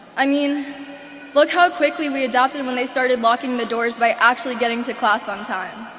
i mean look how quickly we adapted when they started locking the doors by actually getting to class on time.